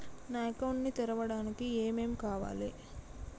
నా అకౌంట్ ని తెరవడానికి ఏం ఏం కావాలే?